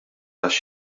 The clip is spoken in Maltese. tax